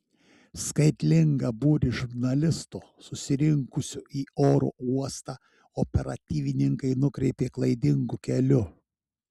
skaitlingą būrį žurnalistų susirinkusių į oro uostą operatyvininkai nukreipė klaidingu keliu